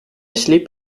sliep